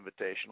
Invitational